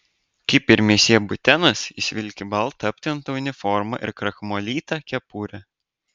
kaip ir misjė butenas jis vilki baltą aptemptą uniformą ir krakmolytą kepurę